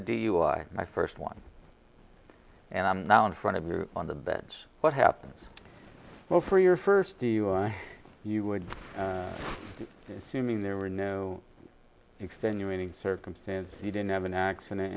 dui my first one and i'm now in front of you on the bench what happens well for your first dui you would see mean there were no extenuating circumstances you didn't have an accident